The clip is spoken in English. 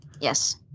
Yes